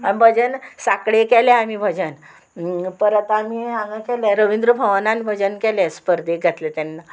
भजन साकडे केल्या आमी भजन परत आमी हांगा केले रविंद्र भवनान भजन केले स्पर्देक घातले तेन्ना